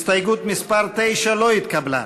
הסתייגות מס' 9 לא התקבלה.